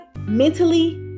mentally